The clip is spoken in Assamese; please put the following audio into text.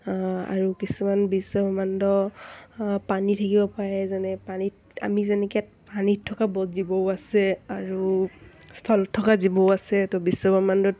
আৰু কিছুমান বিশ্বব্ৰহ্মাণ্ড পানী থাকিব পাৰে যেনে পানীত আমি যেনেকৈ পানীত থকা জীৱও আছে আৰু স্থলত থকা জীৱও আছে ত' বিশ্বব্ৰক্ষ্মাণ্ডত